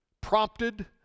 prompted